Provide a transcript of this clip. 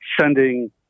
sending